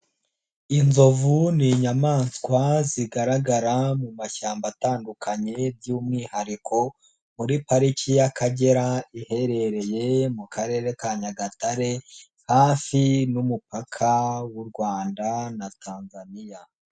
Inzovu ni inyamaswa zigaragara mu mashyamba atandukanye by'umwihariko muri pariki y'Akagera iherereye mu Karere ka Nyagatare hafi y'umupaka w'u Rwanda na Tanzania.